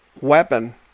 weapon